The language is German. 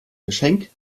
geschenk